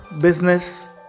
business